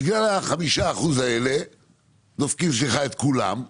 בגלל חמשת האחוזים האלה דופקים סליחה על הביטוי את כולם.